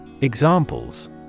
Examples